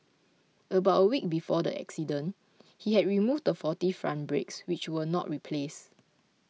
about a week before the accident he had removed the faulty front brakes which were not replaced